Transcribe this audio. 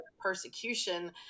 persecution